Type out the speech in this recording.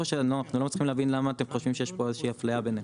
אנחנו לא מצליחים להבין למה אתם חושבים שיש פה אפליה ביניהם.